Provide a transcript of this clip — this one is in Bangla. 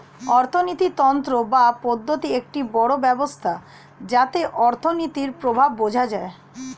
অর্থিনীতি তন্ত্র বা পদ্ধতি একটি বড় ব্যবস্থা যাতে অর্থনীতির প্রভাব বোঝা যায়